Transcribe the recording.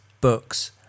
books